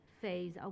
phase